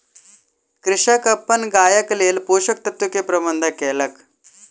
कृषक अपन गायक लेल पोषक तत्व के प्रबंध कयलक